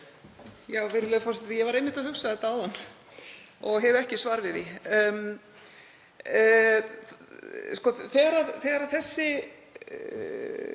Virðulegur forseti. Ég var einmitt að hugsa þetta áðan og hef ekki svar við því. Þegar þessi